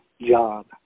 job